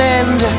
end